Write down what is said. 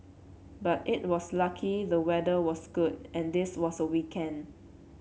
but it was lucky the weather was good and this was a weekend